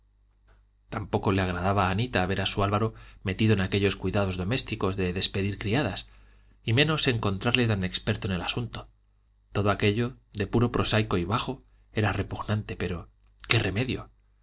tampoco le agradaba a anita ver a su álvaro metido en aquellos cuidados domésticos de despedir criadas y menos encontrarle tan experto en el asunto todo aquello de puro prosaico y bajo era repugnante pero qué remedio